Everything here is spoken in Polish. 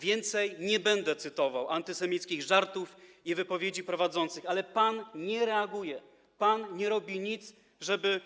Więcej nie będę cytował antysemickich żartów ani wypowiedzi prowadzących, ale pan nie reaguje, pan nie robi nic, żeby